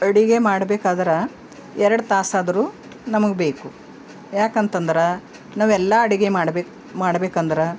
ಅಡಿಗೆ ಮಾಡ್ಬೇಕಾದ್ರೆ ಎರಡು ತಾಸಾದರು ನಮ್ಗೆ ಬೇಕು ಯಾಕಂತಂದ್ರೆ ನಾವೆಲ್ಲ ಅಡಿಗೆ ಮಾಡ್ಬೇಕು ಮಾಡ್ಬೇಕಂದ್ರೆ